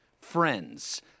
Friends